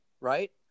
right